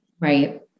Right